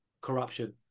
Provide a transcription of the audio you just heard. corruption